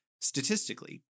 statistically